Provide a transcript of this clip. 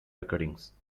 recordings